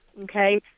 okay